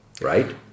right